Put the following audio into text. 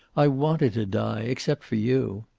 i wanted to die except for you.